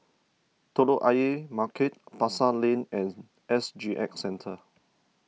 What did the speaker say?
Telok Ayer Market Pasar Lane and S G X Centre